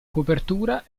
copertura